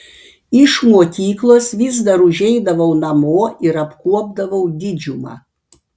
iš mokyklos vis dar užeidavau namo ir apkuopdavau didžiumą